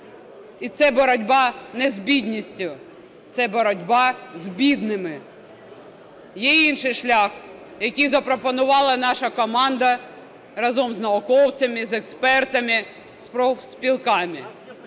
І це боротьба не з бідністю, це боротьба з бідними. Є інший шлях, який запропонувала наша команда разом з науковцями, з експертами, з профспілками.